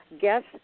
guest